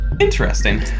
Interesting